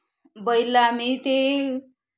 बैल आम्ही ते